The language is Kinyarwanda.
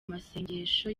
masengesho